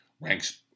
ranks